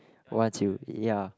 once you ya